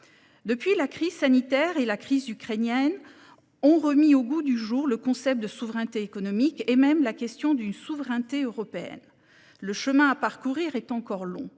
Depuis, la crise sanitaire et la crise ukrainienne ont remis au goût du jour le concept de souveraineté économique, voire la question d'une souveraineté européenne. Le chemin à parcourir est encore long.